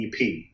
EP